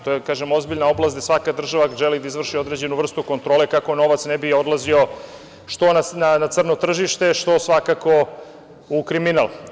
To je ozbiljna oblast gde svaka država želi da izvrši određenu vrstu kontrole kako novac ne bi odlazio što na crno tržište, što svakako u kriminal.